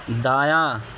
دایاں